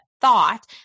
thought